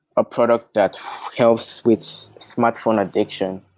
a product that helps with smartphone addiction